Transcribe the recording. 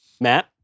Matt